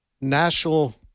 National